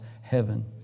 heaven